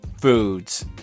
foods